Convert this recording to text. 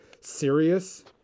serious